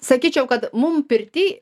sakyčiau kad mum pirty